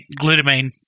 glutamine-